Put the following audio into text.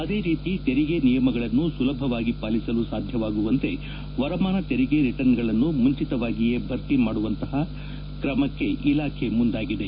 ಅದೇ ರೀತಿ ತೆರಿಗೆ ನಿಯಮಗಳನ್ನು ಸುಲಭವಾಗಿ ಪಾಲಿಸಲು ಸಾಧ್ಯವಾಗುವಂತೆ ವರಮಾನ ತೆರಿಗೆ ರಿಟರ್ನ್ಗಳನ್ನು ಮುಂಚಿತವಾಗಿಯೇ ಭರ್ತಿ ಮಾಡುವಂತಹ ಕ್ರಮಕ್ಕೆ ಇಲಾಖೆ ಮುಂದಾಗಿದೆ